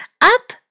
up